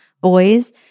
Boys